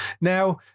now